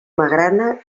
magrana